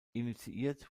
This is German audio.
initiiert